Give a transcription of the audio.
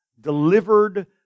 delivered